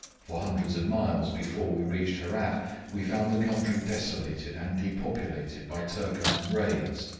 for hundreds of miles before we reached herat we found the country desolated and depopulated by turcoman raids,